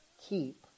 keep